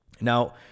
now